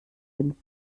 dem